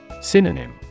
Synonym